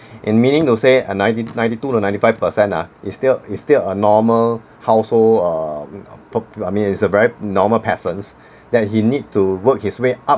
in meaning to say a ninety ninety-two to ninety-five percent ah is still is still a normal household err pop~ I mean is a very normal persons that he need to work his way up